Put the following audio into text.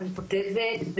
אני כותבת,